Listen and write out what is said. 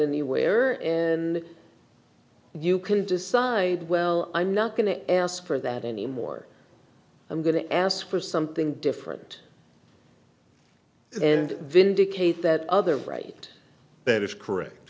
anywhere in you can decide well i'm not going to ask for that anymore i'm going to ask for something different and vindicate that other right that is correct